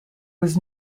was